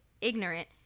ignorant